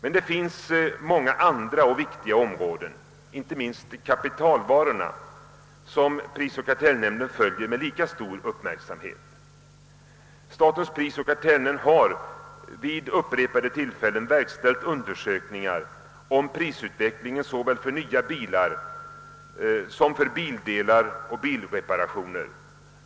Men det finns många andra och viktiga områden, inte minst kapitalvarumarknaden, som prisoch kartellnämnden följer med lika stor uppmärksamhet. Nämnden har vid upprepade tillfällen verkställt undersökningar om prisutvecklingen såväl för nya bilar som för bildelar och bilreparationer.